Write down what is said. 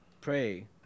Pray